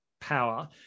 power